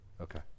Okay